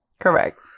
Correct